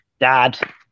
dad